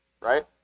right